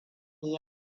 yi